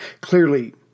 Clearly